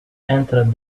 entered